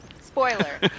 spoiler